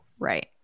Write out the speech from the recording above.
Right